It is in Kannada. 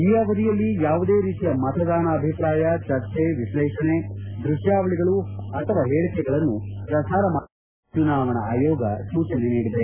ಈ ಅವಧಿಯಲ್ಲಿ ಯಾವುದೇ ರೀತಿಯ ಮತದಾನ ಅಭಿಪ್ರಾಯ ಚರ್ಚೆ ವಿಶ್ಲೇಷಣೆ ದೃಶ್ವಾವಳಿಗಳು ಅಥವಾ ಹೇಳಿಕೆಗಳನ್ನು ಪ್ರಸಾರ ಮಾಡುವಂತಿಲ್ಲ ಎಂದು ಚುನಾವಣಾ ಆಯೋಗ ಸೂಚನೆ ನೀಡಿದೆ